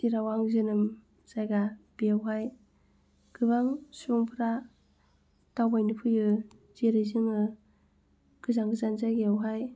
जेराव आं जोनोम जायगा बेयावहाय गोबां सुबुंफ्रा दावबायनो फैयो जेरै जोङो गोजान गोजान जायगायावहाय